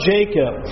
Jacob